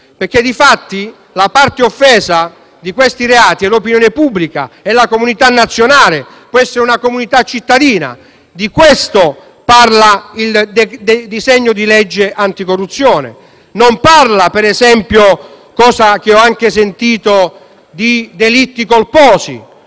Infatti, la parte offesa di questi reati è l'opinione pubblica e la comunità nazionale o può essere una comunità cittadina: di questo parla il disegno di legge anticorruzione. Non parla di quanto ho anche sentito dire, cioè di delitti colposi.